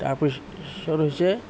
তাৰপিছত হৈছে